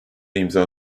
imza